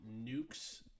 nukes